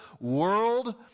world